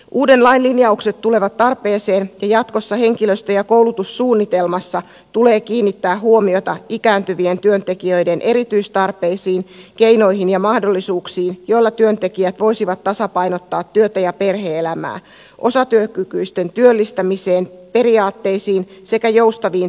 uuden lain linjaukset tulevat tarpeeseen ja jatkossa henkilöstö ja koulutussuunnitelmassa tulee kiinnittää huomiota ikääntyvien työntekijöiden erityistarpeisiin keinoihin ja mahdollisuuksiin joilla työntekijät voisivat tasapainottaa työtä ja perhe elämää osatyökykyisten työllistämiseen periaatteisiin sekä joustaviin työaikajärjestelyihin